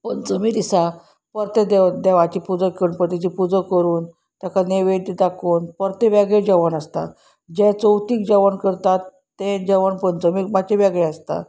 पंचमी दिसा परतें देवाची पुजा गणपतीची पुजा करून ताका नैवेद्य दाखोवन परते वेगळें जेवण आसता जे चवथीक जेवण करतात तें जेवण पंचमीक मातशे वेगळें आसता